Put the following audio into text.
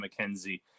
McKenzie